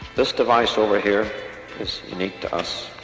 this device over here is unique to us